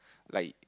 like